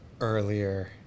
earlier